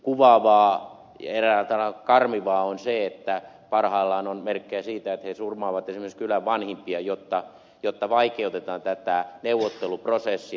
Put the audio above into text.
kuvaavaa eräällä tavalla karmivaa on se että parhaillaan on merkkejä siitä että he surmaavat esimerkiksi kylän vanhimpia jotta vaikeutetaan tätä neuvotteluprosessia